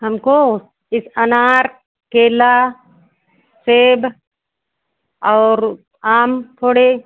हमको इह अनार केला सेब और वो आम थोड़े